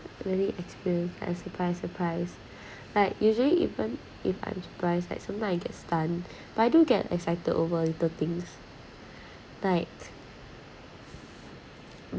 really experience a surprise surprise like usually even if I'm surprised and sometimes I get stunned but I don't get excited over little things right